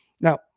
Now